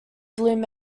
bloom